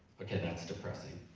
okay, that's depressing.